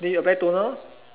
then you apply toner